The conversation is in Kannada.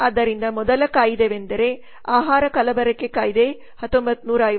ಆದ್ದರಿಂದ ಮೊದಲ ಕಾಯಿದೆವೆಂದರೆ ಆಹಾರ ಕಲಬೆರಕೆ ಕಾಯ್ದೆ 1954